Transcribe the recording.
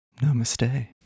Namaste